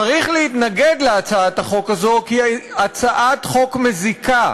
צריך להתנגד להצעת החוק הזו כי היא הצעת חוק מזיקה,